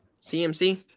cmc